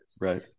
Right